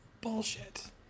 bullshit